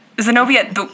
Zenobia